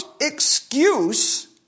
excuse